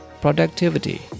productivity